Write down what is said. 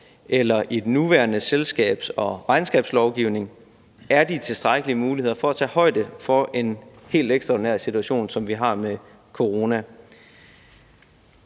eller i den nuværende selskabs- og regnskabslovgivning er de tilstrækkelige muligheder for at tage højde for en helt ekstraordinær situation, som vi har med corona.